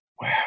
wow